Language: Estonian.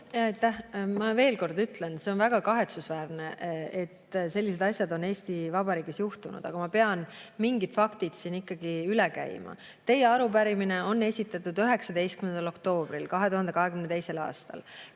Ma veel kord ütlen, et see on väga kahetsusväärne, et sellised asjad on Eesti Vabariigis juhtunud. Aga ma pean mingid faktid ikkagi üle käima. Teie arupärimine esitati 19. oktoobril 2022. aastal.